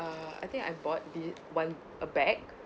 uh I think I bought the one a bag